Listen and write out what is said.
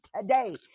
today